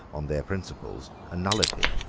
on their principles, a nullity.